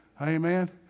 Amen